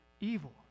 evil